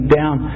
down